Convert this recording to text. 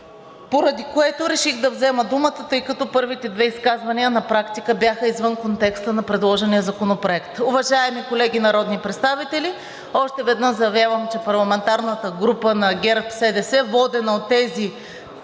поради което реших да взема думата, тъй като първите две изказвания на практика бяха извън контекста на предложения законопроект. Уважаеми колеги народни представители, още веднъж заявявам, че парламентарната група на ГЕРБ-СДС, водена от тези